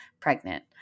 pregnant